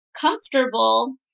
comfortable